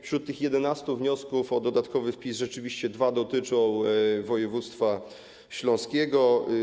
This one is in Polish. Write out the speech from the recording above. Wśród tych 11 wniosków o dodatkowy wpis rzeczywiście dwa dotyczą województwa śląskiego.